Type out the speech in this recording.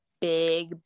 big